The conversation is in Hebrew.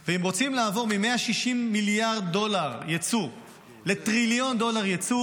ואם רוצים לעבור מ-160 מיליארד דולר יצוא לטריליון דולר יצוא,